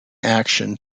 action